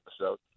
episode